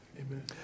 Amen